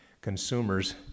consumers